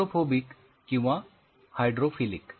hydrophobic किंवा hydrophilic